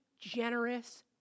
generous